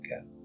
go